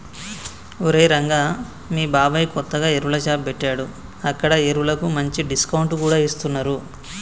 ఒరేయ్ రంగా మీ బాబాయ్ కొత్తగా ఎరువుల షాప్ పెట్టాడు అక్కడ ఎరువులకు మంచి డిస్కౌంట్ కూడా ఇస్తున్నరు